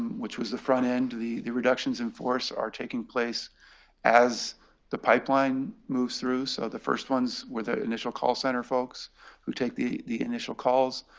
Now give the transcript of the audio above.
which was the front end. the the reductions in force are taking place as the pipeline moves through, so the first ones were the initial call center folks who take the the initial calls.